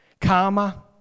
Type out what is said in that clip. Karma